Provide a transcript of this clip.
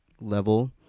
level